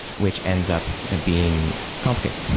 which ends up being complicated.